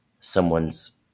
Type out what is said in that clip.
someone's